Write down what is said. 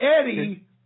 Eddie